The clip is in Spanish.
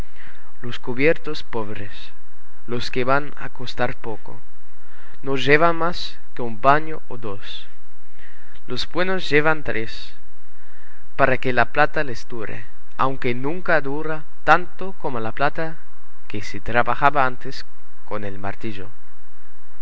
los cubiertos pobres los que van a costar poco no llevan más que un baño o dos los buenos llevan tres para que la plata les dure aunque nunca dura tanto como la plata que se trabajaba antes con el martillo